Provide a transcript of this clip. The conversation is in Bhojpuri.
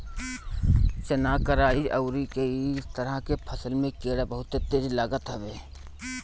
चना, कराई अउरी इ तरह के फसल में कीड़ा बहुते तेज लागत हवे